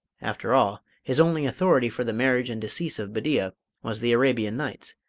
after all, his only authority for the marriage and decease of bedeea was the arabian nights,